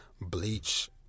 bleach